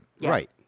Right